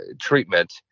treatment